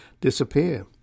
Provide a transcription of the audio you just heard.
disappear